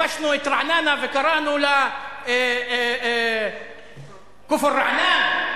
כבשנו את רעננה וקראנו לה "כפר רענן"?